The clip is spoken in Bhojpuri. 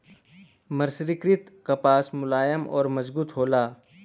मर्सरीकृत कपास मुलायम आउर मजबूत होला